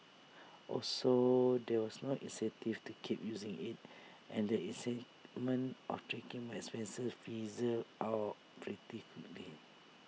also there was no incentive to keep using IT and the excitement of tracking my expenses fizzled out pretty quickly